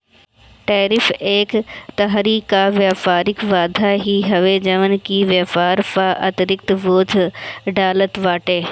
tariff एक तरही कअ व्यापारिक बाधा ही हवे जवन की व्यापार पअ अतिरिक्त बोझ डालत बाटे